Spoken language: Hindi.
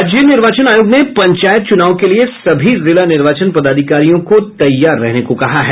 राज्य निर्वाचन आयोग ने पंचायत चुनाव के लिए सभी जिला निर्वाचन पदाधिकारियों को तैयार रहने को कहा है